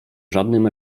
żadnym